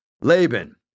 Laban